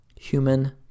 Human